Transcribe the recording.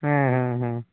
ᱦᱮᱸ ᱦᱮᱸ ᱦᱮᱸ